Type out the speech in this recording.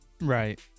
Right